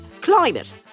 climate